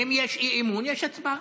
אם יש אי-אמון, יש הצבעה.